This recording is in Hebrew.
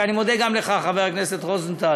ואני מודה גם לך, חבר הכנסת רוזנטל.